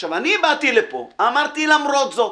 עכשיו, אני באתי לפה, אמרתי למרות זאת